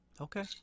Okay